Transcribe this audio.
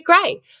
great